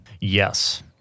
Yes